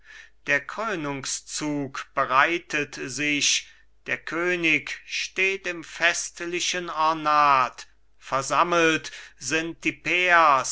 der krönungszug bereitet sich der könig steht im festlichen ornat versammelt sind die pairs